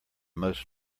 most